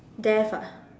death ah